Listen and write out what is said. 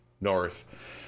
north